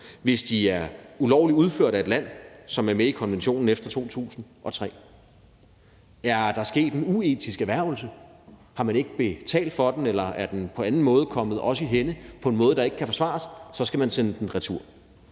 hvis de er ulovligt udført af et land, som er med i konventionen efter 2003. Er der sket en uetisk erhvervelse, har man ikke betalt for dem, eller er de kommet en i hænde på en måde, der ikke kan forsvares, så skal man sende dem retur.